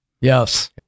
yes